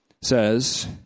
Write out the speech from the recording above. says